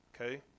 Okay